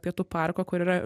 pietų parko kur yra